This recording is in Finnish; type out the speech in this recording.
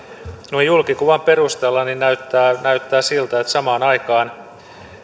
noin julkikuvan perusteella näyttää näyttää siltä että samaan aikaan